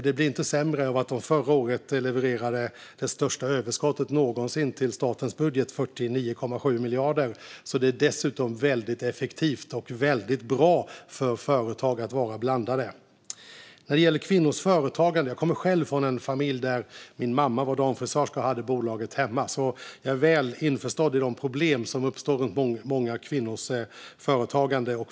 Det blir inte sämre av att bolagen förra året levererade det största överskottet någonsin till statens budget, 49,7 miljarder. Det är alltså dessutom väldigt effektivt och väldigt bra för företag att vara blandade. När det gäller kvinnors företagande kommer jag själv från en familj där min mamma var damfrisörska och hade bolaget hemma, så jag är väl införstådd med de problem som uppstår runt många kvinnors företagande.